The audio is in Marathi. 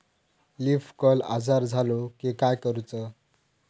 लीफ कर्ल आजार झालो की काय करूच?